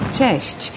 Cześć